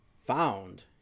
found